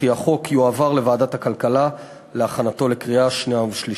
וכי החוק יועבר לוועדת הכלכלה להכנתו לקריאה שנייה ושלישית.